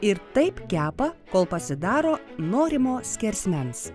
ir taip kepa kol pasidaro norimo skersmens